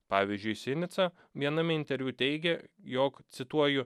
pavyzdžiui sinicą viename interviu teigia jog cituoju